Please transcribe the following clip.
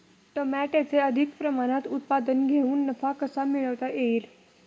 टमाट्याचे अधिक प्रमाणात उत्पादन घेऊन नफा कसा मिळवता येईल?